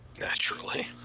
Naturally